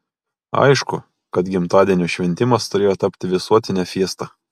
aišku kad gimtadienio šventimas turėjo tapti visuotine fiesta